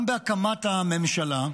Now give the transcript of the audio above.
גם בהקמת הממשלה,